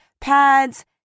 pads